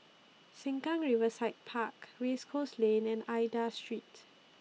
Sengkang Riverside Park Race Course Lane and Aida Street